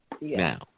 now